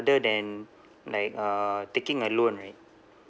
rather than like uh taking a loan right